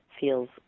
feels